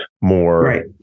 more